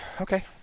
Okay